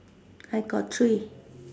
I got three